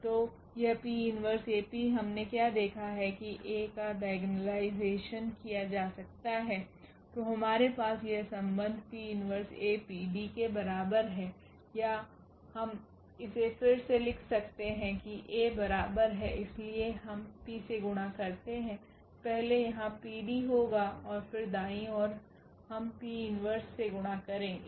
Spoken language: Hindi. तो यह 𝑃 1𝐴𝑃 हमने क्या देखा है कि A का डाइगोनलाइजेशन किया जा सकता है तो हमारे पास यह संबंध 𝑃 1𝐴𝑃 D के बराबर है या हम इसे फिर से लिख सकते हैं कि A बराबर है इसलिए हम P से गुणा करते हैं पहले यहाँ PD होगा और फिर दाईं ओर हम P 1 से गुणा करेंगे